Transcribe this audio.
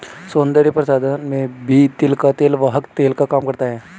सौन्दर्य प्रसाधन में भी तिल का तेल वाहक तेल का काम करता है